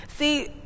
see